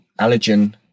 allergen